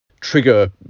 trigger